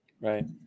Right